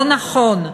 לא נכון,